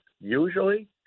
usually